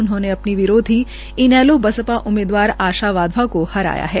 उन्होंने अपनी विरोधी इनैलो बसपा उम्मीदवार आशा वाधवा को हराया है